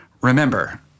Remember